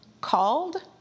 called